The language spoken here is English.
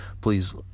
Please